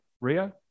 Rio